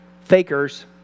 fakers